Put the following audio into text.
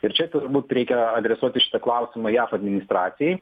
ir čia turbūt reikia adresuoti šitą klausimą jav administracijai